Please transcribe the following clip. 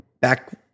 back